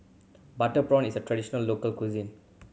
butter prawn is a traditional local cuisine